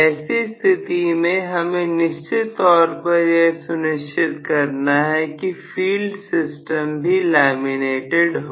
ऐसी स्थिति में हमें निश्चित तौर पर यह सुनिश्चित करना है कि फील्ड सिस्टम भी लैमिनेटेड हो